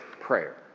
prayer